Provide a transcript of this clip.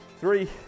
three